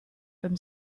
from